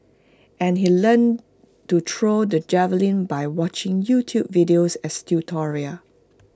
and he learnt to throw the javelin by watching YouTube videos as tutorial